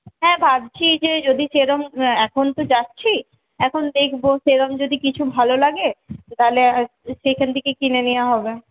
হ্যাঁ ভাবছি যে যদি সেরকম এখন তো যাচ্ছি এখন দেখবো সেরকম যদি কিছু ভালো লাগে তাহলে সেইখান থেকে কিনে নেওয়া হবে